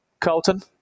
Carlton